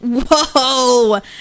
Whoa